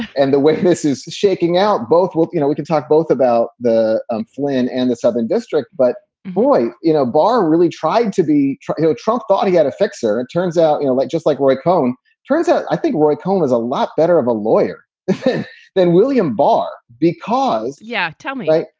and the way this is shaking out both, well, you know, we can talk both about the um flynn and the southern district. but, boy, you know, barr really tried to be here. trump thought he had a fixer. it turns out, you know, like just like roy cohn turns out. i think roy cohn is a lot better of a lawyer than william barr because. yeah. tell me.